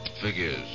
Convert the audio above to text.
Figures